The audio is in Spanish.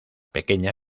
pequeña